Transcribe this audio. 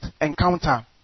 encounter